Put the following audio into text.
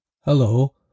Hello